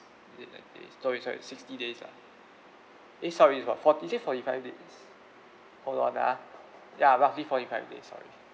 is it ninety days sorry sorry sixty days lah eh sorry it's about forty is it forty five days hold on ah ya roughly forty five days sorry